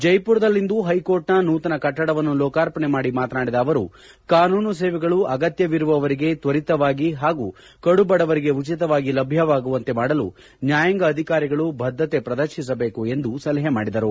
ಜೈಪುರದಲ್ಲಿಂದು ಹೈಕೋರ್ಟ್ನ ನೂತನ ಕಟ್ಟಡವನ್ನು ಲೋಕಾರ್ಪಣೆ ಮಾಡಿ ಮಾತನಾಡಿದ ಅವರು ಕಾನೂನು ಸೇವೆಗಳು ಅಗತ್ತವಿರುವವರೆಗೆ ತ್ವರಿತವಾಗಿ ಹಾಗೂ ಕಡು ಬಡವರಿಗೆ ಉಚಿತವಾಗಿ ಲಭ್ಞವಾಗುವಂತೆ ಮಾಡಲು ನ್ಲಾಯಾಂಗ ಅಧಿಕಾರಿಗಳು ಬದ್ದತೆಯನ್ನು ಪ್ರದರ್ತಿಸಬೇಕು ಎಂದು ಸಲಹೆ ಮಾಡಿದರು